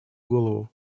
голову